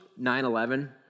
9-11